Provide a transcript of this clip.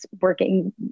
working